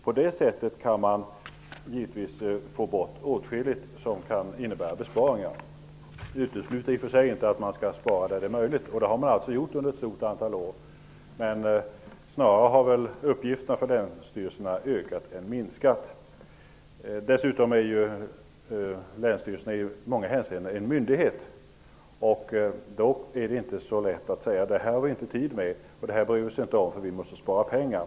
På det sättet kan man givetvis få bort åtskillig verksamhet och därmed göra besparingar. Detta utesluter givetvis inte att man skall spara där det är möjligt, och det har man gjort under ett stort antal år. Men länsstyrelsens uppgifter har snarare ökat än minskat. Dessutom är länsstyrelsen i många hänseenden en myndighet. Då är det inte sä lätt för den att säga: Det här har vi inte tid med, det här bryr vi oss inte om för vi måste spara pengar.